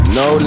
no